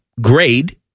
grade